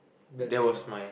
bad thing ah